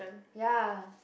ya